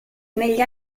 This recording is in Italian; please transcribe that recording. negli